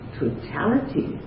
totality